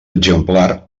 exemplar